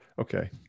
okay